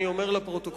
אני אומר לפרוטוקול.